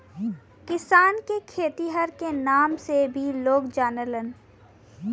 किसान के खेतिहर के नाम से भी लोग जानलन